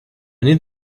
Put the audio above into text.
need